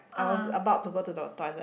I was about to go to the toilet